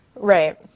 Right